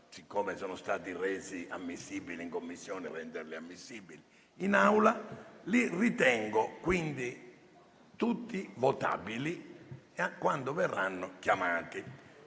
siccome sono stati resi ammissibili in Commissione, di renderli ammissibili in Aula) - li ritengo tutti votabili quando verranno chiamati.